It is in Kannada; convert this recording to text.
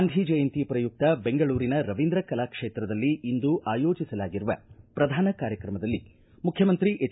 ಗಾಂಧಿ ಜಯಂತಿ ಪ್ರಯುಕ್ತ ಬೆಂಗಳೂರಿನ ರವೀಂದ್ರ ಕಲಾಕ್ಷೇತ್ರದಲ್ಲಿ ಇಂದು ಆಯೋಜಿಸಲಾಗಿರುವ ಪ್ರಧಾನ ಕಾರ್ಯಕ್ರಮದಲ್ಲಿ ಮುಖ್ಯಮಂತ್ರಿ ಎಚ್